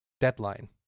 deadline